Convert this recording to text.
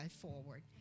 forward